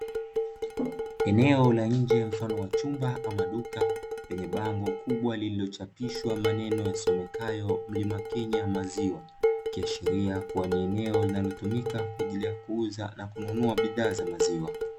Eneo la nje mfano wa chumba ama duka lenye bango kubwa lililochapishwa maneno yasomekayo “mlima Kenya maziwa.” Ikiashiria kuwa ni eneo linalotumika kwa ajili ya kuuza na kununua bidhaa za maziwa.